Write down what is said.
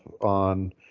on